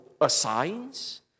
assigns